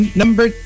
number